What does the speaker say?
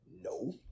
No